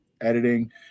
editing